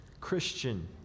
Christian